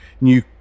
new